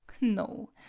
No